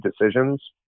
decisions